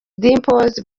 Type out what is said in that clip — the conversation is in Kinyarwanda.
dimpoz